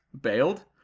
bailed